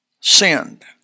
sinned